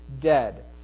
dead